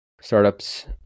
startups